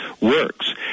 works